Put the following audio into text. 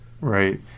right